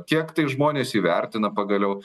kiek tai žmonės įvertina pagaliau